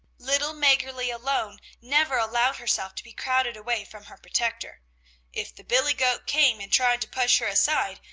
little maggerli alone never allowed herself to be crowded away from her protector if the billy-goat came and tried to push her aside,